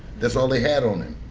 that's all they had on him,